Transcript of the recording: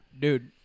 Dude